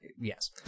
Yes